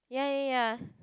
ya ya ya